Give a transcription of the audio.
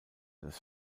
des